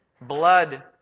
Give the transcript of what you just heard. blood